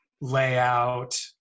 layout